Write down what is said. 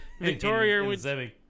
Victoria